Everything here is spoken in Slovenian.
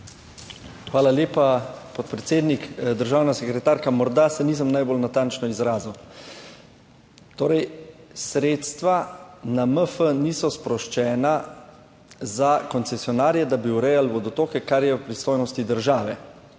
Hvala lepa, podpredsednik. Državna sekretarka, morda se nisem najbolj natančno izrazil. Torej, sredstva na MF niso sproščena za koncesionarje, da bi urejali vodotoke, kar je v pristojnosti države,